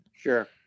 Sure